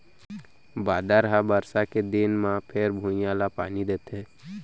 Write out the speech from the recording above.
बादर ह बरसा के दिन म फेर भुइंया ल पानी देथे